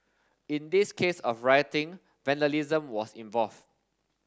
in this case of rioting vandalism was involved